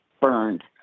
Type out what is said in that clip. burned